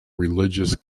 religious